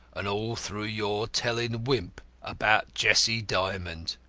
and all through your telling wimp about jessie dymond!